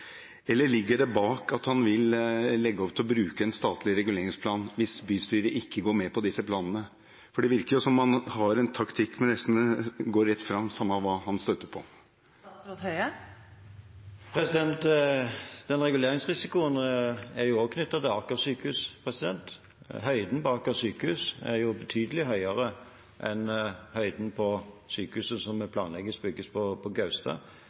eller ligger det bak at han vil legge opp til å bruke en statlig reguleringsplan hvis bystyret ikke går med på disse planene? For det virker jo som om han har en taktikk med nesten å gå rett fram samme hva han støter på. Reguleringsrisikoen er jo også knyttet til Aker sykehus. Høyden på Aker sykehus er betydelig høyere enn høyden på sykehuset som planlegges bygd på Gaustad.